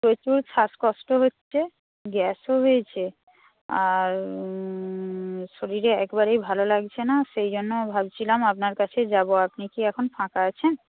প্রচুর শ্বাসকষ্ট হচ্ছে গ্যাসও হয়েছে আর শরীরে একেবারেই ভালো লাগছে না সেই জন্য ভাবছিলাম আপনার কাছে যাব আপনি কি এখন ফাঁকা আছেন